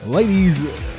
Ladies